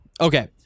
Okay